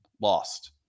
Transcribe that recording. lost